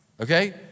okay